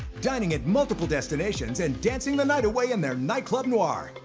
dining at multiple destinations and dancing the night way in their nightclub noir.